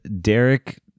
Derek